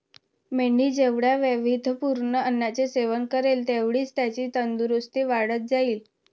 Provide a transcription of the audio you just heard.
मेंढी जेवढ्या वैविध्यपूर्ण अन्नाचे सेवन करेल, तेवढीच त्याची तंदुरस्ती वाढत जाईल